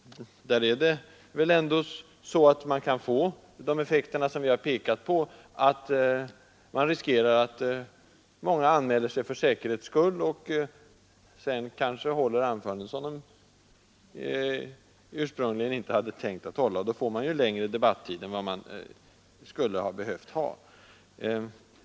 De effekter som jag har pekat på kan uppstå: man riskerar att många anmäler sig för säkerhets skull och sedan håller anföranden som de ursprungligen kanske inte hade tänkt hålla. Därigenom blir ju debattiderna längre än de annars hade behövt bli.